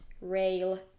rail